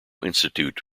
institute